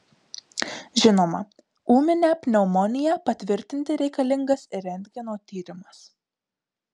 žinoma ūminę pneumoniją patvirtinti reikalingas rentgeno tyrimas